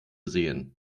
sähen